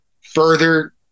further